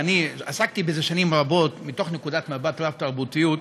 ואני עסקתי בזה שנים רבות מתוך נקודת מבט של רב-תרבותיות,